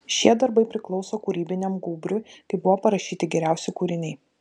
šie darbai priklauso kūrybiniam gūbriui kai buvo parašyti geriausi kūriniai